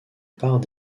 part